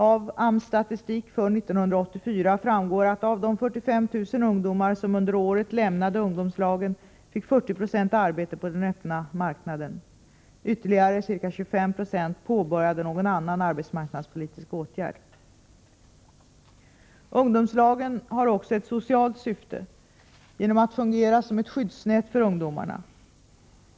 Av AMS statistik för 1984 framgår att 40 70 av de 45 000 ungdomar som under året lämnade ungdomslagen fick arbete på den öppna marknaden. Ytterligare ca 25 Jo omfattades av någon annan arbetsmarknadspolitisk åtgärd. Ungdomslagen har också ett socialt syfte genom att fungera som skyddsnät för ungdomarna.